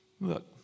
Look